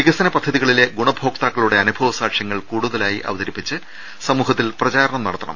വികസന പദ്ധതികളിലെ ഗുണഭോക്താ ക്കളുടെ അനുഭവ സാക്ഷൃങ്ങൾ കൂടുതലായി അവതരിപ്പിച്ച് സമൂഹ ത്തിൽ പ്രചാരണം നടത്തണം